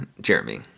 Jeremy